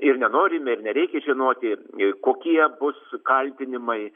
ir nenorime ir nereikia žinoti kokie bus kaltinimai